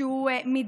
שהוא מידתי.